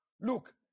Look